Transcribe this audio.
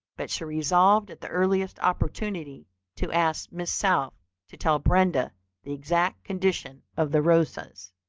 but she resolved at the earliest opportunity to ask miss south to tell brenda the exact condition of the rosas.